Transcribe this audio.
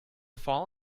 fall